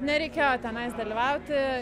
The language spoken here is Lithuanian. nereikėjo tenais dalyvauti